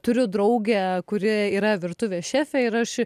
turiu draugę kuri yra virtuvės šefė ir aš